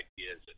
ideas